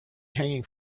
hanging